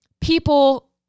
people